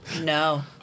No